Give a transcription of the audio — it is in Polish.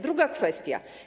Druga kwestia.